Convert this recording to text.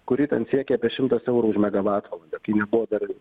kuri ten siekė apie šimtas eurų už megavatvalandę kai nebuvo dar